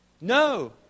no